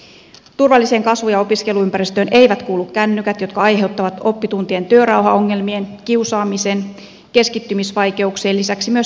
turvalliseen kasvu ja opiskeluympäristöön eivät kuulu kännykät jotka aiheuttavat oppituntien työrauhaongelmien kiusaamisen keskittymisvaikeuksien lisäksi myös terveysriskejä